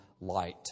light